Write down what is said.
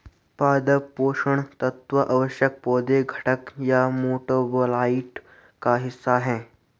पादप पोषण तत्व आवश्यक पौधे घटक या मेटाबोलाइट का हिस्सा है